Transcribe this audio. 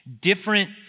different